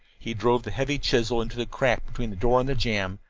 he drove the heavy chisel into the crack between the door and the jam,